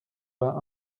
vingt